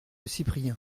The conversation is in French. cyprien